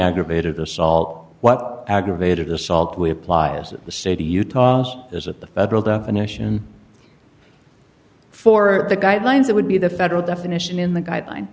aggravated assault what aggravated assault we apply is that the city utah is at the federal definition for the guidelines that would be the federal definition in the guideline